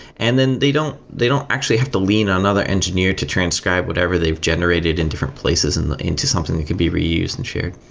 and then they don't they don't actually have to lean on another engineer to transcribe whatever they've generated in different places and into something that could be reused and shared.